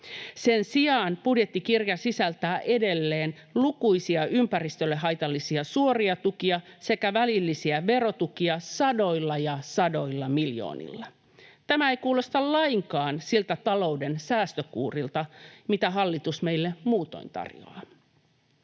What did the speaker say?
Sen sijaan budjettikirja sisältää edelleen lukuisia ympäristölle haitallisia suoria tukia sekä välillisiä verotukia sadoilla ja sadoilla miljoonilla. Tämä ei kuulosta lainkaan siltä talouden säästökuurilta, mitä hallitus meille muutoin tarjoaa.